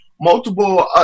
Multiple